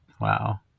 Wow